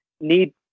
need